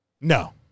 No